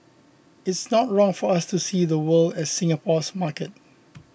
it's not wrong for us to see the world as Singapore's market